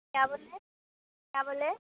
کیا بولے کیا بولے